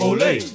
Olay